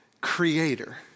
Creator